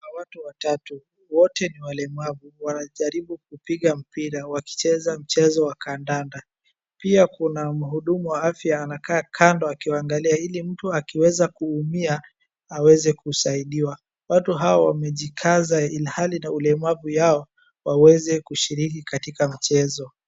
Watu watatu wote ni walemavu wanajaribu kupiga mpira wakicheza mchezo wa kandanda pia kuna muhudumu wa afya anakaa kando akiwangalia ili mtu akiweza kuumia aweze kusaidiwa watu hawa wamejikaza ilihali na ulemavu yao waweze kushiriki katika mchezo.